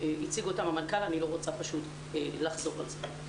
הציג אותם המנכ"ל ואני לא רוצה לחזור על זה.